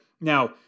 Now